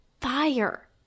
fire